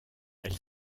elle